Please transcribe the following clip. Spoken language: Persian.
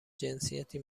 جنسیتی